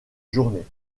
journée